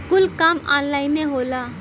कुल काम ऑन्लाइने होला